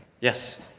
yes